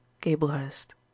Gablehurst